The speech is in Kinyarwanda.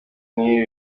nkibi